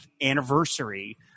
anniversary